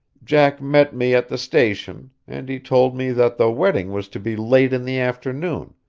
jack met me at the station, and he told me that the wedding was to be late in the afternoon,